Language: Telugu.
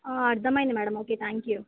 అర్థమైంది మేడం ఓకే థ్యాంక్ యూ